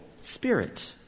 spirit